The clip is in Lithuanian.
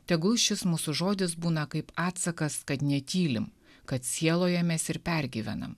tegul šis mūsų žodis būna kaip atsakas kad netylim kad sielojamės ir pergyvenam